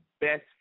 best